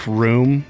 room